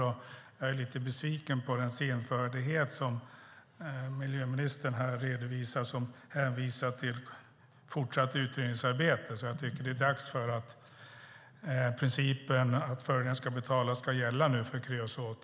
Jag är lite besviken på den senfärdighet som miljöministern visar när hon hänvisar till fortsatt utredningsarbete. Jag tycker att det är dags att principen att förorenaren ska betala ska gälla nu för kreosot.